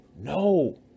no